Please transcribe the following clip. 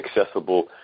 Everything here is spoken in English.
accessible